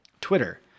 Twitter